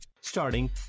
Starting